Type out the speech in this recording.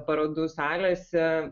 parodų salėse